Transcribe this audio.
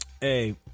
Hey